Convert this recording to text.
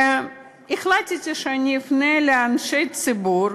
החלטתי שאני אפנה לאנשי ציבור,